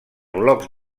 blocs